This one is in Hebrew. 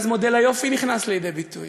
ואז מודל היופי בא לידי ביטוי,